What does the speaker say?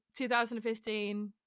2015